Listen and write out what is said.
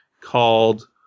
called